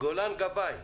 גולן גבאי,